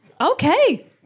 okay